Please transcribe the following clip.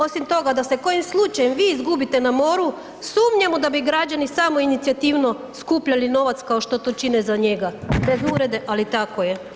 Osim toga, da se kojim slučajem vi izgubite na moru, sumnjamo da bi građani samoinicijativno skupljali novac kao što to čine za njega, bez uvrede, ali tako je.